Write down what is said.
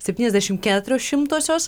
septyniasdešimt keturios šimtosios